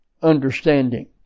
understanding